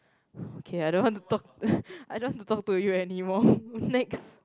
okay I don't want to talk I don't want to talk to you anymore next